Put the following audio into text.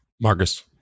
Marcus